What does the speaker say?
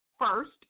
first